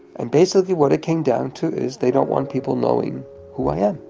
and basically what it came down to is they don't want people knowing who i am,